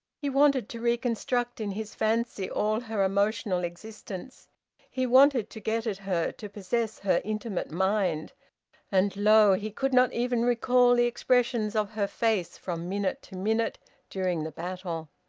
he wanted to reconstruct in his fancy all her emotional existence he wanted to get at her to possess her intimate mind and lo! he could not even recall the expressions of her face from minute to minute during the battle.